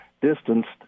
distanced